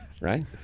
Right